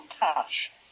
Cash